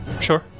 Sure